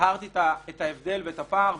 הבהרתי את ההבדל ואת הפער,